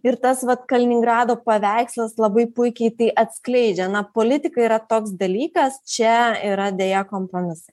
ir tas vat kaliningrado paveikslas labai puikiai tai atskleidžia na politika yra toks dalykas čia yra deja kompromisai